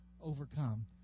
overcome